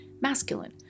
masculine